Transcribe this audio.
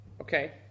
Okay